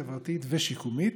חברתית ושיקומית